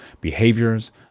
behaviors